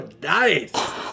Nice